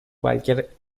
cualquier